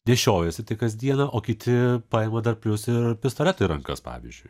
nešiojasi tai kasdieną o kiti paima dar plius ir pistoletą į rankas pavyzdžiui